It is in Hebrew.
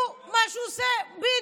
מה שבן גביר עושה למדינה.